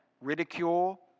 ridicule